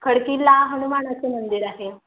खडकीला हनुमानाचं मंदिर आहे